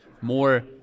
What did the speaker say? more